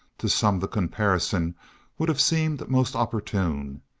to some the comparison would have seemed most opportune,